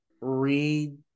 read